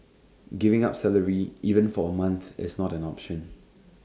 giving up salary even for A month is not an option